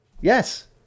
Yes